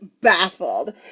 baffled